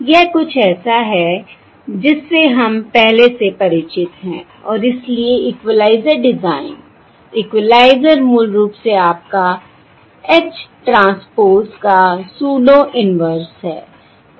यह कुछ ऐसा है जिससे हम पहले से परिचित हैं और इसलिए इक्वलाइज़र डिजाइन इक्वलाइज़र मूल रूप से आपका H ट्रांसपोज़ का सूडो इन्वर्स है